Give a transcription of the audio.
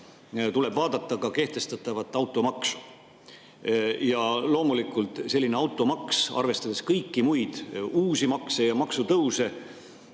tuleb vaadata ka kehtestatavat automaksu. Loomulikult, selline automaks, arvestades kõiki muid uusi makse ja ka maksutõuse,